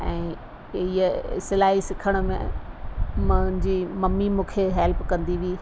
ऐं हीअ सिलाई सिखण में मुंहिंजी मम्मी मूंखे हेल्प कंदी हुई